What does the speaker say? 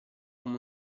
come